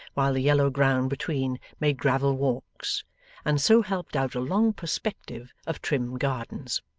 while the yellow ground between made gravel-walks, and so helped out a long perspective of trim gardens.